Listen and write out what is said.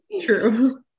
true